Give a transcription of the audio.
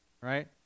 right